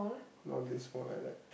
not this small like that